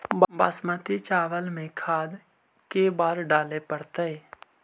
बासमती चावल में खाद के बार डाले पड़तै?